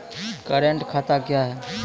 Current खाता क्या हैं?